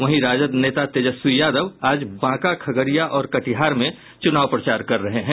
वहीं राजद नेता तेजस्वी यादव आज बांका खगड़िया और कटिहार में चुनाव प्रचार कर रहे हैं